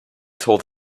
told